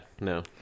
no